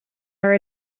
are